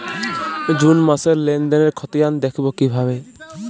June মাসের লেনদেনের খতিয়ান দেখবো কিভাবে?